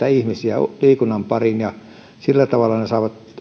ihmisiä liikunnan pariin ja sillä tavalla saavat